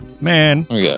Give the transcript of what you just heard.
Man